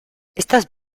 estas